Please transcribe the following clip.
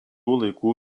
laikų